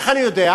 איך אני יודע?